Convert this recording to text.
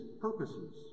purposes